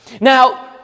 Now